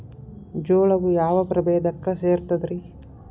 ಜೋಳವು ಯಾವ ಪ್ರಭೇದಕ್ಕ ಸೇರ್ತದ ರೇ?